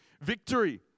victory